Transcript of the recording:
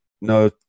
No